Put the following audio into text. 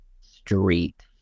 Street